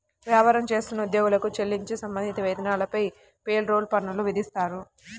వ్యాపారం చేస్తున్న ఉద్యోగులకు చెల్లించే సంబంధిత వేతనాలపై పేరోల్ పన్నులు విధిస్తారు